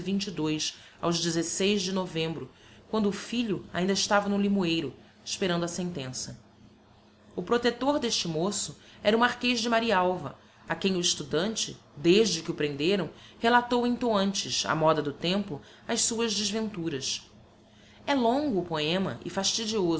a aos de novembro quando o filho ainda estava no limoeiro esperando a sentença o protector deste moço era o marquez de marialva a quem o estudante desde que o prenderam relatou em toantes á moda do tempo as suas desventuras é longo o poema e fastidioso